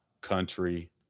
country